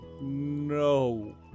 No